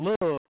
love